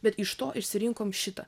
bet iš to išsirinkome šitą